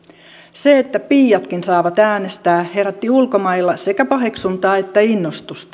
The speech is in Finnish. se että piiatkin saavat äänestää herätti ulkomailla sekä paheksuntaa että innostusta